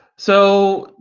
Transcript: so,